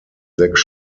sechs